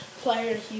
player